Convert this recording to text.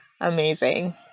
amazing